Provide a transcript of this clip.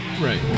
Right